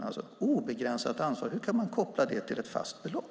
Hur kan man koppla obegränsat ansvar till ett fast belopp?